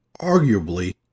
arguably